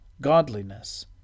godliness